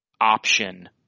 option